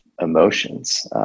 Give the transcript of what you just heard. emotions